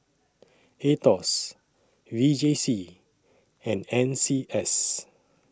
Aetos V J C and N C S